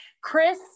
Chris